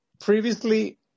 previously